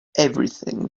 everything